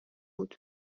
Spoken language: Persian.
بود